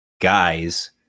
guys